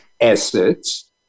assets